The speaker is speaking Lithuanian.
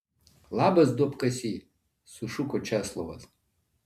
labas duobkasy sušuko česlovas